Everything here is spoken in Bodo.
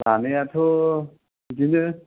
लानायाथ' बिदिनो